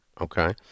Okay